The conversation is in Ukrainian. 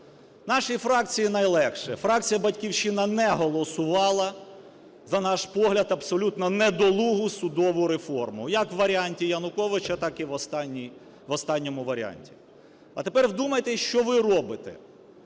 Нашій фракції найлегше, фракція "Батьківщина" не голосувала за наш погляд абсолютно недолугу судовому реформу як у варіанті Януковича, так і в останньому варіанті. А тепер вдумайтесь, що ви робите?